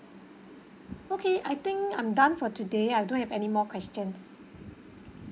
okay I think I'm done for today I don't have any more questions